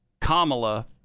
Kamala